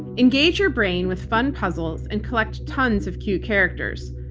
engage your brain with fun puzzles and collect tons of cute characters.